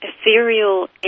ethereal